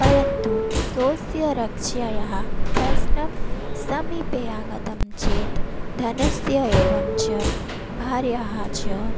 परन्तु स्वस्य रक्षायाः प्रश्नः समीपे आगतः चेत् धनस्य एवं च भार्यः च